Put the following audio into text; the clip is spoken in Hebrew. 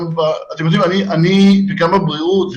גם בבריאות.